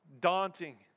Daunting